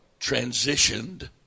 transitioned